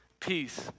peace